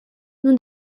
nous